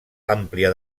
àmplia